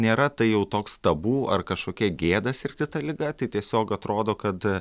nėra tai jau toks tabu ar kažkokia gėda sirgti ta liga tai tiesiog atrodo kad